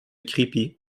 crépi